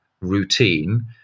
routine